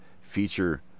feature